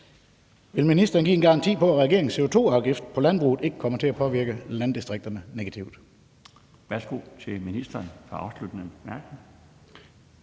Vil ministeren give en garanti for, at regeringens CO2-afgift på landbruget ikke kommer til at påvirke landdistrikterne negativt? Kl. 15:27 Den fg. formand (Bjarne